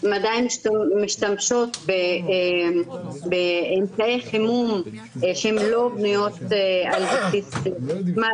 עדיין משתמשות באמצעי חימום שהם לא על בסיס חשמל,